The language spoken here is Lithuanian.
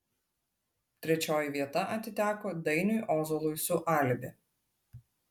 trečioji vieta atiteko dainiui ozolui su alibi